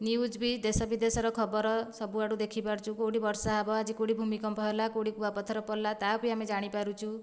news ବି ଦେଶବିଦେଶର ଖବର ସବୁଆଡ଼ୁ ଦେଖିପାରୁଛୁ କେଉଁଠି ବର୍ଷା ହବ ଆଜି କେଉଁଠି ଭୂମିକମ୍ପ ହେଲା କେଉଁଠି କୂଆପଥର ପଡ଼ଲା ତା' ବି ଆମେ ଜାଣିପାରିଛୁ